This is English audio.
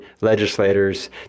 legislators